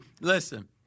listen